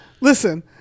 listen